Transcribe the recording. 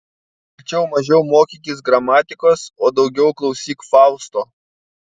verčiau mažiau mokykis gramatikos o daugiau klausyk fausto